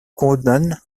conan